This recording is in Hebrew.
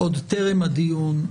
עוד טרם הדיון,